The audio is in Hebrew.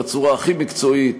בצורה הכי מקצועית,